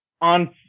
on